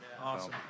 Awesome